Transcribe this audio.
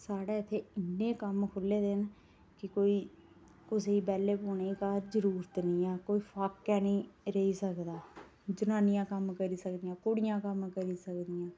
साढ़ै इत्थै इन्ने कम्म खु'ल्ले दे न कि कोई कुसै ई बैल्ले बौह्ने दी घर जरूरत नेईं ऐ कोई फाकै नेईं रेही सकदा जनानियां कम्म करी सकदियां कुड़ियां कम्म करी सकदियां